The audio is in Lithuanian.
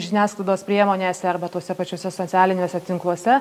žiniasklaidos priemonėse arba tuose pačiuose socialiniuose tinkluose